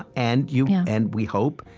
and you know and, we hope,